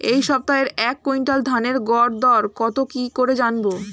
এই সপ্তাহের এক কুইন্টাল ধানের গর দর কত কি করে জানবো?